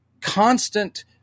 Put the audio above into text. constant